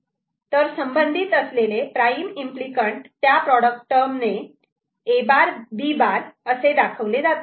तर संबंधित असलेले प्राईम इम्पली कँट त्या प्रॉडक्ट टर्मणे A' B' असे दाखवले जाते